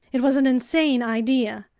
it was an insane idea.